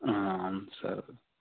అవున్ సార్